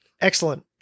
excellent